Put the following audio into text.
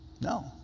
No